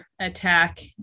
attack